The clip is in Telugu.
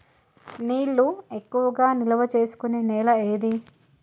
నీళ్లు ఎక్కువగా నిల్వ చేసుకునే నేల ఏది?